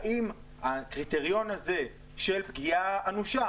האם הקריטריון הזה של פגיעה אנושה